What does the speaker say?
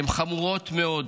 הן חמורות מאוד".